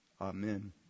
Amen